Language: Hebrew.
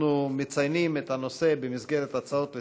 אנחנו מציינים את הנושא במסגרת הצעות לסדר-היום.